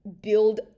build